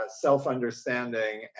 self-understanding